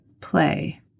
play